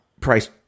price